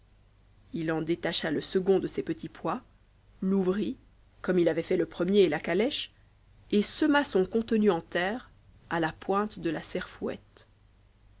h en détacha le second de ses petits pois l'ouvrit comme il avait fait le premier et la calèche et sema son contenu en terre à la pointe de la serfouette